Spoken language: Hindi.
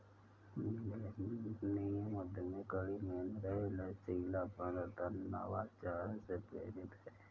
मिलेनियम उद्यमिता कड़ी मेहनत, लचीलापन तथा नवाचार से प्रेरित है